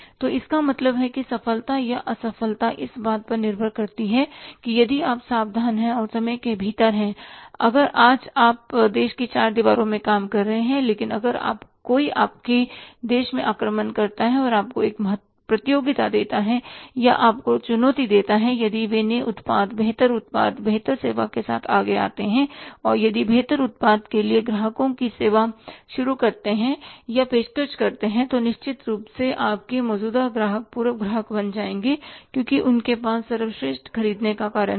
तो इसका मतलब है कि सफलता या असफलता इस बात पर निर्भर करती है कि यदि आप सावधान हैं और समय के भीतर है आज आप देश की चार दीवारों में काम कर रहे हैं लेकिन अगर कोई आपके देश में आक्रमण करता है और आपको एक प्रतियोगिता देता है या आपको चुनौती देता है और यदि वे नए उत्पाद बेहतर उत्पाद बेहतर सेवा के साथ आगे आते हैं और यदि बेहतर उत्पाद के लिए ग्राहकों की सेवा शुरू करते हैं या पेशकश करते हैं तो निश्चित रूप से आपके मौजूदा ग्राहक पूर्व ग्राहक बन जाएंगे क्योंकि उनके पास सर्वश्रेष्ठ खरीदने का कारण है